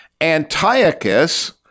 Antiochus